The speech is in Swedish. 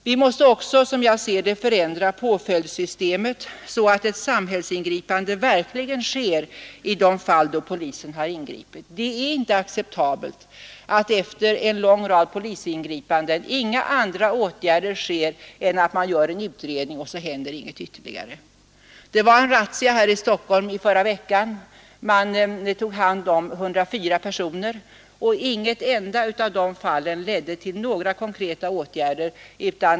Vi måste också, som jag ser det, ändra påföljdssystemet, så att vidare samhällsingripanden verkligen sker i de fall polisen ingripit. Det är inte acceptabelt att efter en lång rad polisingripanden inga andra åtgärder vidtas än att man gör en utredning. Det gjordes i förra veckan en razzia här i Stockholm. Man tog hand om 104 personer, men inte i något av dessa fall vidtogs några konkreta åtgärder.